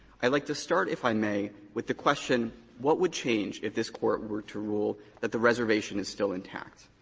i'd like to start, if i may, with the question what would change if this court were to rule that the reservation is still intact?